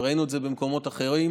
וראינו את זה במקומות אחרים.